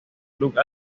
club